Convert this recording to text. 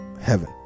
heaven